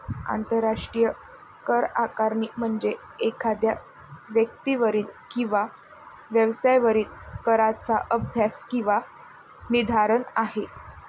आंतरराष्ट्रीय करआकारणी म्हणजे एखाद्या व्यक्तीवरील किंवा व्यवसायावरील कराचा अभ्यास किंवा निर्धारण आहे